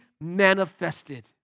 manifested